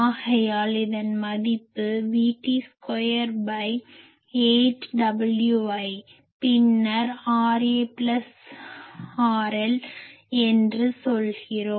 ஆகையால் இதன் மதிப்பு V2T8Wi பின்னர் RARL என்று சொல்கிறோம்